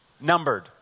numbered